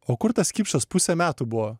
o kur tas kipšas pusę metų buvo